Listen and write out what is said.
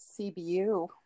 CBU